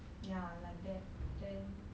ya like that then